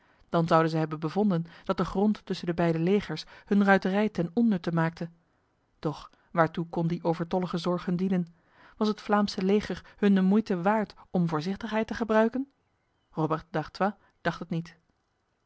dan zouden zij hebben bevonden dat de grond tussen de beide legers hun ruiterij ten onnutte maakte doch waartoe kon die overtollige zorg hun dienen was het vlaamse leger hun de moeite waard om voorzichtigheid te gebruiken robert d'artois dacht het niet